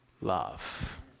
love